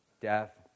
death